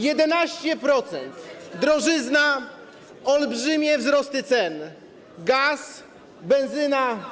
11%, drożyzna, olbrzymie wzrosty cen - gaz, benzyna.